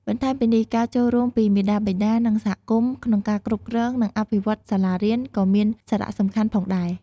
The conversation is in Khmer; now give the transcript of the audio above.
បន្ថែមពីនេះ ការចូលរួមពីមាតាបិតា និងសហគមន៍ក្នុងការគ្រប់គ្រង និងអភិវឌ្ឍន៍សាលារៀនក៏មានសារៈសំខាន់ផងដែរ។